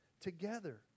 together